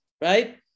right